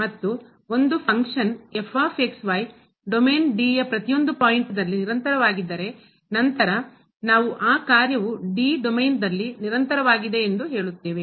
ಮತ್ತು ಒಂದು function domain D ಯ ಪ್ರತಿಯೊಂದು ಪಾಯಿಂಟ್ ದಲ್ಲಿ ನಿರಂತರವಾಗಿದ್ದರೆ ನಂತರ ನಾವು ಆ ಕಾರ್ಯವು D ಡೊಮೇನ್ನಲ್ಲಿ ನಿರಂತರವಾಗಿದೆ ಎಂದು ಹೇಳುತ್ತೇವೆ